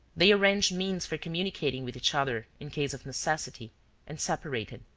they arranged means for communicating with each other in case of necessity and separated,